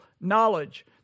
knowledge